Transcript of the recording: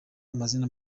amazina